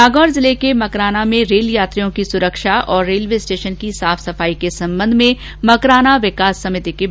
नागौर जिले के मकराना में रेल यात्रियों की सुरक्षा और रेलवे स्टेशन की साफ सफाई के संबंध में मकराना विकास मिति की बैठक आयोजित की गई